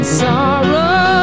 sorrow